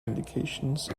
indications